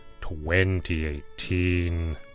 2018